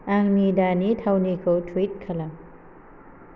आंनि दानि थावनिखौ टुइट खालाम